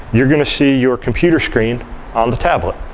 you're going to see your computer screen on the tablet.